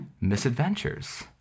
misadventures